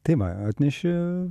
tai va atnešė